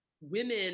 women